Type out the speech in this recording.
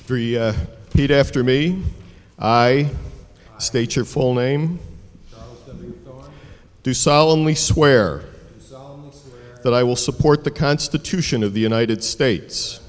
three feet after me i state your full name do solemnly swear that i will support the constitution of the united states